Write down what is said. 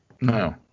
No